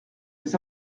les